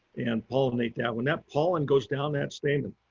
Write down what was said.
and pollinate that. when that pollen goes down that stamen,